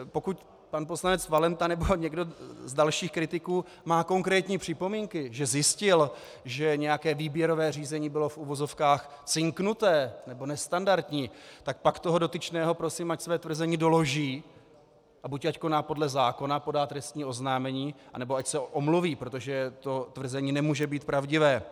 Pokud pan poslanec Valenta nebo někdo z dalších kritiků má konkrétní připomínky, že zjistil, že nějaké výběrové řízení bylo cinknuté nebo nestandardní, tak pak toho dotyčného prosím, ať své tvrzení doloží a buď ať koná podle zákona, podá trestní oznámení, nebo ať se omluví, protože to tvrzení nemůže být pravdivé.